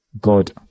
God